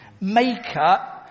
maker